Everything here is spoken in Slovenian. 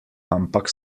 ampak